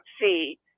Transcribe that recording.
see